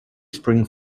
spring